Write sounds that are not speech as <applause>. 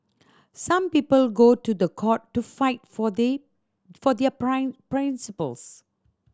some people go to the court to fight for they for their <unintelligible> principles